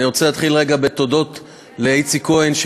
אני רוצה להתחיל רגע בתודות לאיציק כהן,